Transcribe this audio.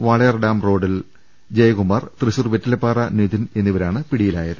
Walayar dam റോഡിൽ ജയകുമാർ തൃശൂർ വെറ്റിലപ്പാറ നിധിൻ എന്നിവരാണ് പിടിയിലായത്